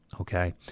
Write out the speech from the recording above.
Okay